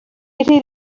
rhydd